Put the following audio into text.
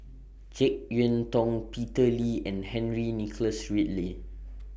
Jek Yeun Thong Peter Lee and Henry Nicholas Ridley